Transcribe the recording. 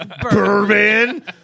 Bourbon